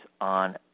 on